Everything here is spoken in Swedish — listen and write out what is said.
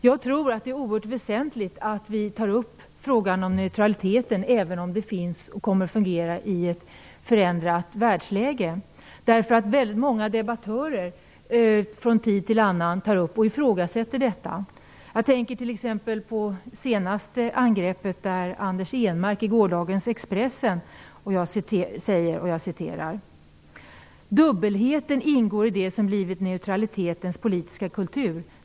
Jag tror att det är väsentligt att vi tar upp frågan om neutraliteten, även om det kommer att fungera i ett förändrat världsläge. Väldigt många debattörer tar från tid till annan upp och ifrågasätter detta. Det senaste angreppet gjordes av Anders Ehnmark i gårdagens Expressen: "Dubbelheten ingår i det som blivit neutralitetens politiska kultur.